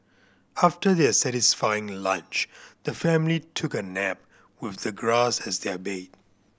after their satisfying lunch the family took a nap with the grass as their bed